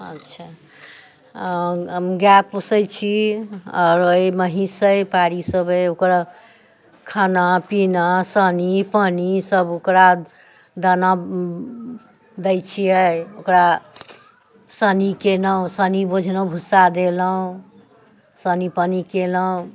अच्छा हम गाए पोसैत छी आओर महीँस अछि पाड़ीसभ अछि ओकरा खाना पीना सानी पानिसभ ओकरा दाना दैत छियै ओकरा सानी केलहुँ सानी बोझलहुँ भुस्सा देलहुँ सानी पानि केलहुँ